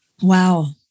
Wow